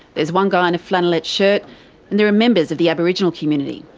there's one guy in a flannelette shirt and there are members of the aboriginal community.